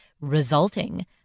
resulting